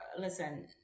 listen